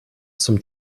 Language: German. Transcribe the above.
zum